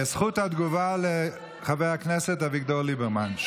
זכות התגובה לחבר הכנסת אביגדור ליברמן.